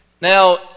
Now